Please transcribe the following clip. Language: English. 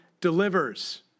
delivers